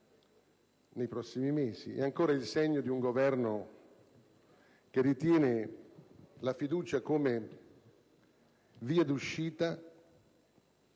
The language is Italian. lavorato molto - è ancora il segno di un Governo che ritiene la fiducia come via d'uscita